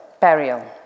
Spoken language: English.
Burial